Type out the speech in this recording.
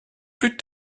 plus